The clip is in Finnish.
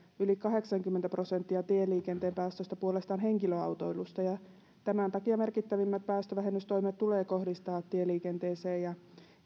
yli kahdeksankymmentä prosenttia tieliikenteen päästöistä puolestaan henkilöautoilusta tämän takia merkittävimmät päästövähennystoimet tulee kohdistaa tieliikenteeseen ja